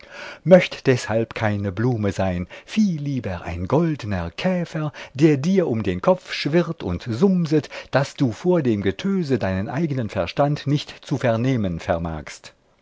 möcht deshalb keine blume sein viel lieber ein goldner käfer der dir um den kopf schwirrt und sumset daß du vor dem getöse deinen eignen verstand nicht zu vernehmen vermagst